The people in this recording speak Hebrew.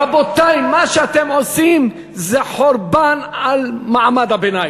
רבותי, מה שאתם עושים זה חורבן על מעמד הביניים.